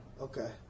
Okay